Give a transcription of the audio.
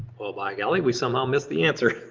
by golly we somehow missed the answer.